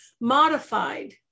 modified